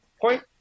point